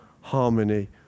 harmony